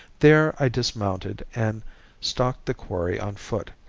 there i dismounted and stalked the quarry on foot,